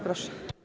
Proszę.